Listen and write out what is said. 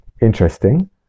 Interesting